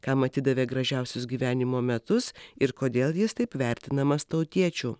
kam atidavė gražiausius gyvenimo metus ir kodėl jis taip vertinamas tautiečių